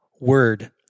word